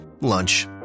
lunch